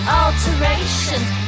alterations